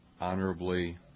honorably